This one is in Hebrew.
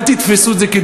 אל תתפסו את זה כדימוי.